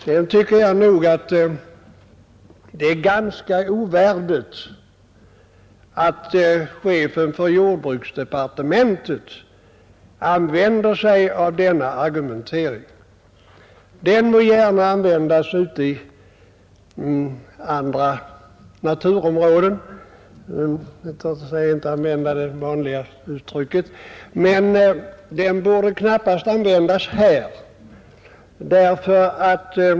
Sedan tycker jag nog att det är ganska ovärdigt chefen för jordbruksdepartementet att använda sig av denna argumentering. Den må gärna användas ute i vissa naturområden — för att inte använda det vanliga uttrycket — men knappast här.